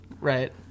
Right